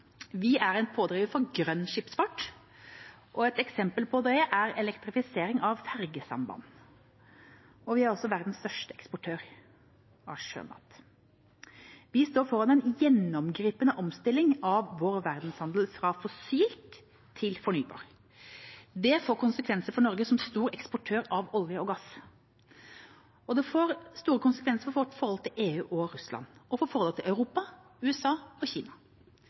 Vi er en pådriver for grønn skipsfart. Et eksempel på det er elektrifisering av fergesamband. Vi er også en av verdens største eksportører av sjømat. Vi står foran en gjennomgripende omstilling av vår verdensdel – fra fossilt til fornybart. Det får konsekvenser for Norge som stor eksportør av olje og gass, for forholdet mellom EU og Russland, og for forholdet mellom Europa, USA og Kina.